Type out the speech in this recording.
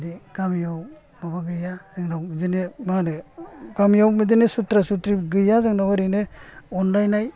बिदि गामियाव माबा गैया जोंनाव बिदिनो मा होनो गामियाव बिदिनो सुथ्रा सुथ्रि गैया जोंनाव एरैनो अनलायनाय